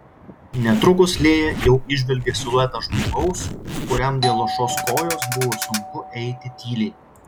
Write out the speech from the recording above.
netrukus lėja jau įžvelgė siluetą žmogaus kuriam dėl luošos kojos buvo sunku eiti tyliai